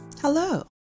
Hello